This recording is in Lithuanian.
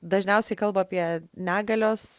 dažniausiai kalba apie negalios